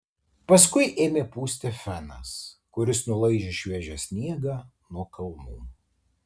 paskui ėmė pūsti fenas kuris nulaižė šviežią sniegą nuo kalnų